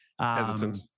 hesitant